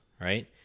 right